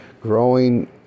growing